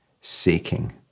seeking